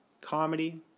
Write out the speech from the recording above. comedy